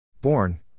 Born